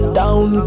down